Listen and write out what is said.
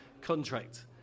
contract